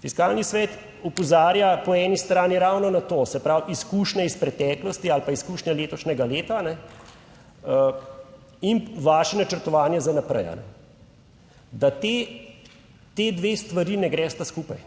Fiskalni svet opozarja po eni strani ravno na to, se pravi, izkušnje iz preteklosti ali pa izkušnje letošnjega leta in vaše načrtovanje za naprej, da ti dve stvari ne gresta skupaj,